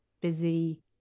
busy